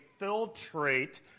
filtrate